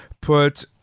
put